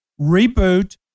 Reboot